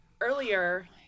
earlier